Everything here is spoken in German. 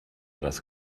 das